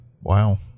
Wow